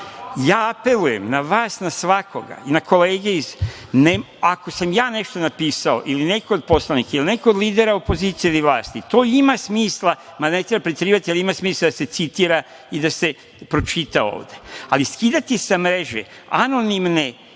ja apelujem na vas, na svakoga, na kolege, ako sam ja nešto napisao, ili neko od poslanika, ili neko od lidera opozicije ili vlasti, to ima smisla, mada ne treba preterivati, to ima smisla da se citira i da se pročita ovde. Ali, skidati sa mreže anonimne